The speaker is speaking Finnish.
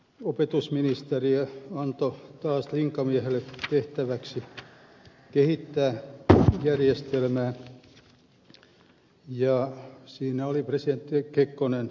opetusministeriö antoi taas linkomiehelle tehtäväksi kehittää järjestelmää ja siinä oli presidentti kekkonen takana